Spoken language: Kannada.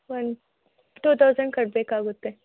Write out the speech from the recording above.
ಒಂದು ಟು ತೌಸಂಡ್ ಕಟ್ಟಬೇಕಾಗುತ್ತೆ